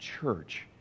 church